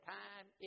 time